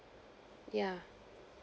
yeah